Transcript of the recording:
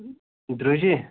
درٛۅجی